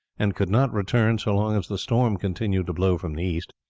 and could not return so long as the storm continued to blow from the east.